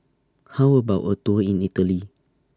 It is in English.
How about A Tour in Italy